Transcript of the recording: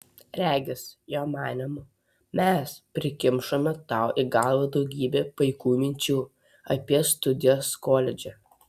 regis jo manymu mes prikimšome tau į galvą daugybę paikų minčių apie studijas koledže